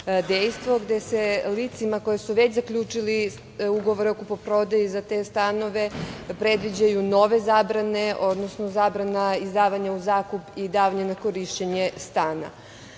dejstvo, gde se licima koja su već zaključila ugovore o kupoprodaji za te stanove predviđaju nove zabrane, odnosno zabrana izdavanja u zakup i davanja na korišćenje stana. Da